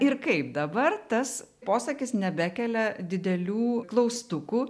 ir kaip dabar tas posakis nebekelia didelių klaustukų